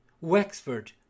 Wexford